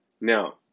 Now